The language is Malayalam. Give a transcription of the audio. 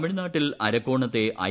തമിഴ്നാട്ടിൽ അരക്കോണത്തെ ഐ